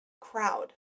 crowd